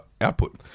output